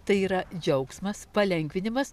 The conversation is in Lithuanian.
tai yra džiaugsmas palengvinimas